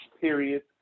period